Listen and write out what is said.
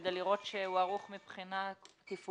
כדי לראות שהוא ערוך מבחינה תפעולית.